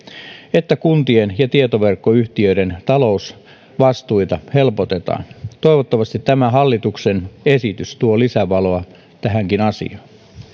että kuntien ja tietoverkkoyhtiöiden talousvastuita helpotetaan toivottavasti tämä hallituksen esitys tuo lisävaloa tähänkin asiaan